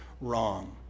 wrong